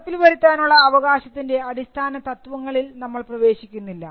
നടപ്പിൽ വരുത്താനുള്ള അവകാശത്തിൻറെ അടിസ്ഥാന തത്വങ്ങളിൽ നമ്മൾ പ്രവേശിക്കുന്നില്ല